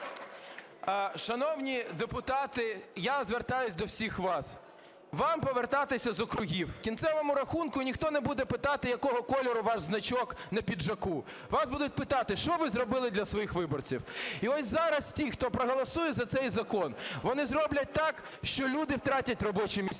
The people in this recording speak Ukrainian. Шановні депутати, я звертаюсь до всіх вас. Вам повертатися з округів, в кінцевому рахунку ніхто не буде питати, якого кольору ваш значок на піджаку. Вас будуть питати, що ви зробили для своїх виборців. І ось зараз тих, хто проголосує за цей закон, вони зроблять так, що люди втратять робочі місця,